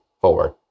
forward